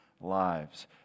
lives